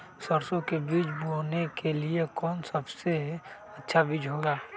सरसो के बीज बोने के लिए कौन सबसे अच्छा बीज होगा?